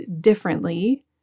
differently